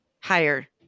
higher